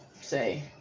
say